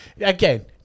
again